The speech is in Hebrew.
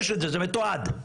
זה מתועד.